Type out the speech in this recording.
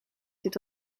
dit